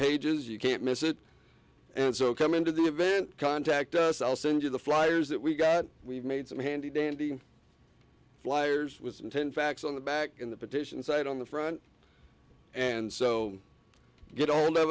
pages you can't miss it and so come into the event contact us i'll send you the fliers that we've got we've made some handy dandy flyers with them ten facts on the back in the petition site on the front and so get a